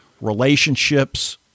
relationships